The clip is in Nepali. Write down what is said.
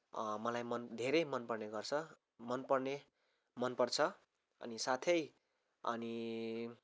मलाई मन धेरै मनपर्ने गर्छ मनपर्ने मनपर्छ अनि साथै अनि